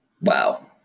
Wow